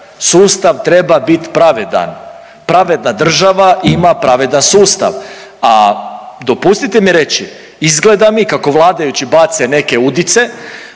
Sustav treba bit pravedan. Pravedna država ima pravedan sustav, a dopustite mi reći, izgleda mi kako vladajući bace neke udice,